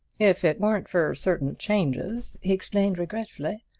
if it weren't for certain changes, he explained regretfully,